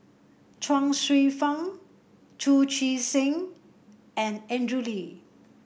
Chuang Hsueh Fang Chu Chee Seng and Andrew Lee